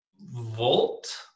Volt